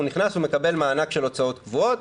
הוא נכנס ומקבל מענק של הוצאות קבועות.